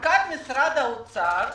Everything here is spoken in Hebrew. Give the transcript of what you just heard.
מנכ"ל משרד האוצר אומר: